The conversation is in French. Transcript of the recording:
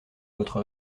votre